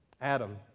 Adam